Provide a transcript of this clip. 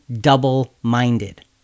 double-minded